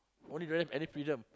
only don't have any freedom